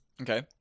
Okay